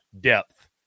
depth